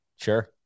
sure